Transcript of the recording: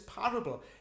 parable